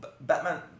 Batman